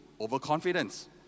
overconfidence